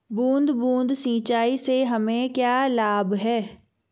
बूंद बूंद सिंचाई से हमें क्या लाभ है?